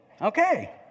Okay